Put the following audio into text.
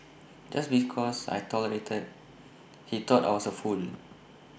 just because I tolerated he thought I was A fool